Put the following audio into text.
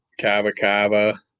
kava-kava